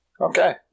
Okay